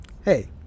hey